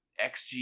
XG